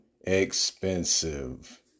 expensive